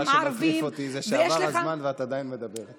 מה שמטריף אותי זה שעבר הזמן ואת עדיין מדברת.